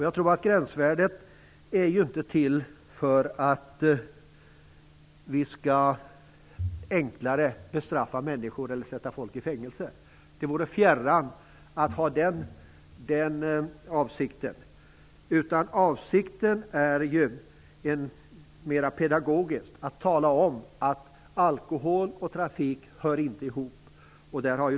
Jag tror inte att gränsvärdet är till för att vi enklare skall kunna bestraffa människor eller sätta folk i fängelse. Det vore mig fjärran att påstå att avsikten är den, utan avsikten är mera pedagogisk: att tala om att alkohol och trafik inte hör ihop.